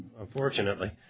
unfortunately